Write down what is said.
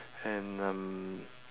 and um